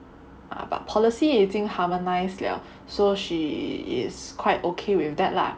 err but policy 已经 harmonise 了 so she is quite okay with that lah